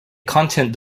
content